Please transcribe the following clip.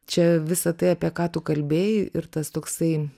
čia visa tai apie ką tu kalbėjai ir tas toksai